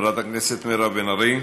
חברת הכנסת מירב בן ארי,